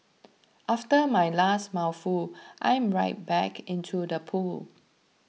after my last mouthful I'm right back into the pool